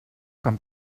com